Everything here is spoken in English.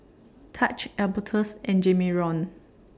Taj Albertus and Jamarion